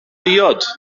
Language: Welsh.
diod